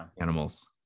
animals